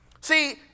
See